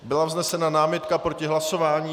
Byla vznesena námitka proti hlasování.